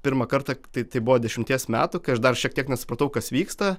pirmą kartą tai tai buvo dešimties metų kai aš dar šiek tiek nesupratau kas vyksta